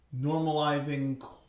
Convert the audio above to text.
normalizing